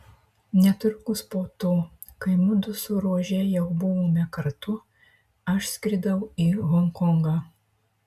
netrukus po to kai mudu su rože jau buvome kartu aš skridau į honkongą